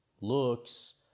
looks